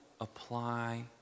apply